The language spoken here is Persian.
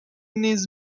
نیز